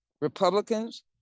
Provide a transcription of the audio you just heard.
Republicans